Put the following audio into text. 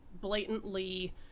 blatantly